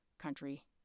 country